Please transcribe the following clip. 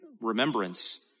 remembrance